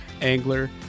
angler